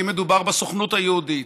אם מדובר בסוכנות היהודית,